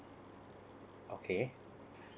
okay